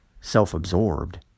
self-absorbed